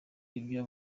ibyo